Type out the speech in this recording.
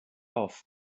auf